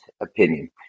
opinion